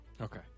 Okay